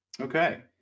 Okay